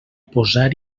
posar